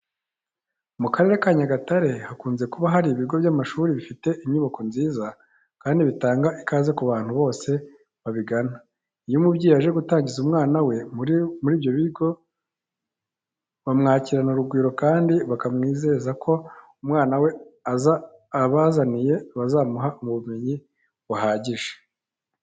Mu karere ka Nyagatare hakunze kuba hari ibigo by'amashuri bifite inyubako nziza kandi bitanga ikaze ku bantu bose babigana. Iyo umubeyi aje gutangiza umwana we muri ibyo bigo, bamwakirana urugwiro kandi bakamwizeza ko umwana we abazaniye bazamuha ubumenyi buhagije.